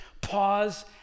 pause